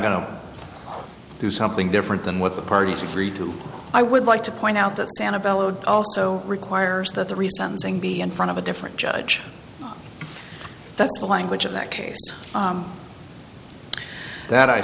going to do something different than what the parties agreed to i would like to point out that santa bellowed also requires that the resounding be in front of a different judge that's the language of that case that i